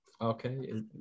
Okay